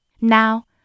Now